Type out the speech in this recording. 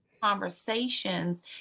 conversations